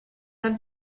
dal